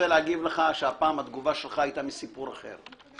הפעם התגובה שלך היתה מסיפור אחר.